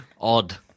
Odd